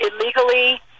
illegally